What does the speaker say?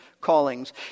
callings